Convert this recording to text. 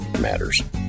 matters